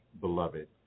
beloved